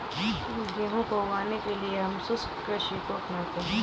गेहूं को उगाने के लिए हम शुष्क कृषि को अपनाते हैं